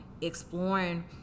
exploring